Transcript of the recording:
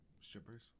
Strippers